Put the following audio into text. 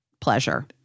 pleasure